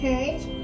Courage